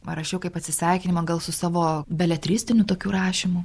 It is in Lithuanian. parašiau kaip atsisveikinimą gal su savo beletristiniu tokiu rašymu